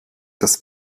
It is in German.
das